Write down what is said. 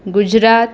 Gujarat